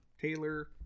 Taylor